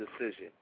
decision